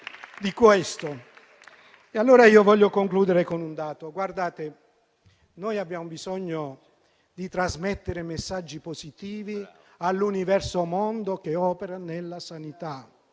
questo. Voglio concludere con un dato. Abbiamo bisogno di trasmettere messaggi positivi all'universo mondo che opera nella sanità.